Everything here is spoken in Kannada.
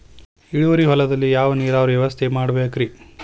ಇಳುವಾರಿ ಹೊಲದಲ್ಲಿ ಯಾವ ನೇರಾವರಿ ವ್ಯವಸ್ಥೆ ಮಾಡಬೇಕ್ ರೇ?